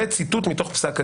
זה ציטוט מתוך פסק הדין.